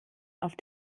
auf